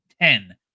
Ten